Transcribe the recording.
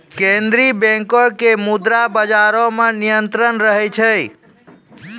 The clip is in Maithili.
केन्द्रीय बैंको के मुद्रा बजारो मे नियंत्रण रहै छै